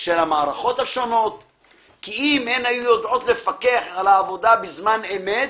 של המערכות השונות כי אם הן היו יודעות לפקח על העבודה בזמן אמת,